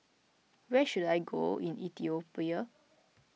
where should I go in Ethiopia